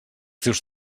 teus